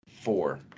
four